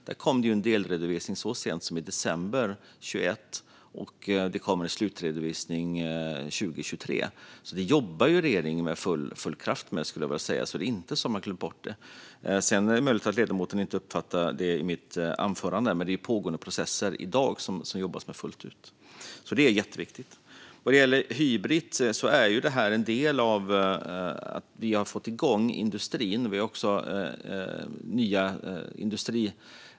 Det kom en delredovisning så sent som i december 2021, och det kommer en slutredovisning 2023. Regeringen jobbar alltså med full kraft med detta, och man har inte glömt bort det. Sedan är det möjligt att ledamoten inte uppfattade det jag sa i mitt anförande, men det jobbas i dag fullt ut med pågående processer. Det är jätteviktigt. När det gäller Hybrit är det en del av att vi har fått igång industrin.